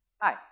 Hi